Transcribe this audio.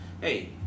hey